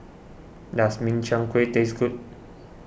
does Min Chiang Kueh taste good